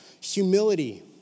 Humility